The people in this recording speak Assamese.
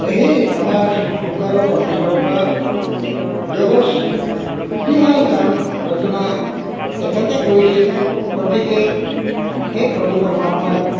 এহি আমাৰ সংকাৰৰ কথা বৰ্তা জগচ যিমান কাম ৰচনা তেখেতে কৰিছে গতিকে সেই প্ৰভু পৰ্মাত্মাৰ